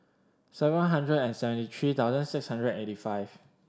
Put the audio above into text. seven hundred and seventy three thousand six hundred eight five